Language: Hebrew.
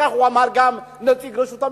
כך גם אמר נציג רשות המסים.